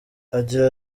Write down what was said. agira